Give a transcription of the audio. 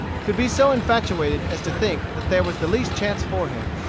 could be so infatuated as to think that there was the least chance for him.